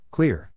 Clear